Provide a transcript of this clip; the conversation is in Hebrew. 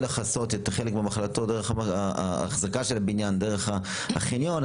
לכסות את אחזקת הבניין דרך החניון,